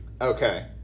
Okay